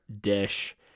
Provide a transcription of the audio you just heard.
dish